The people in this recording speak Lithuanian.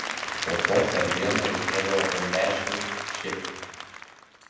po to per dieną reikėdavo bent dešimt čekių